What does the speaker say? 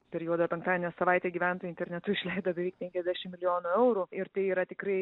per juodojo penktadienio savaitę gyventojai internetu išleido beveik penkiasdešim milijonų eurų ir tai yra tikrai